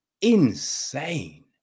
insane